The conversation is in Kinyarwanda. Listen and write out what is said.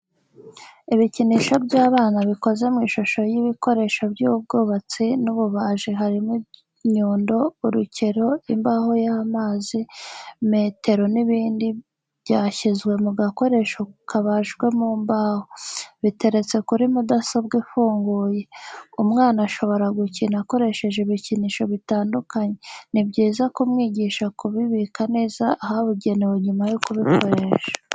Ibikinisho by'abana bikoze mu ishusho y'ibikoresho by'ubwubatsi n'ububaji harimo inyundo, urukero, imbaho y'amazi, metero n'ibindi, byashyizwe mu gakoresho kabajwe mu mbaho. Biteretse kuri mudasobwa ifunguye. Umwana ashobora gukina akoresheje ibikinisho bitandukanye, ni byiza kumwigisha kubibika neza ahabugenewe nyuma yo kubikoresha.